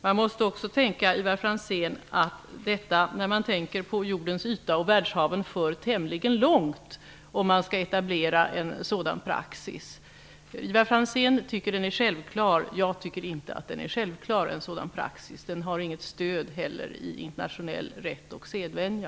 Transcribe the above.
Man måste också, Ivar Franzén, tänka på att det för tämligen långt att etablera en sådan praxis med tanke på jordens och världshavens yta. Ivar Franzén tycker att en sådan praxis är självklar. Jag tycker inte att den är självklar. Den har inte heller något stöd i internationell rätt och sedvänja.